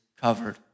covered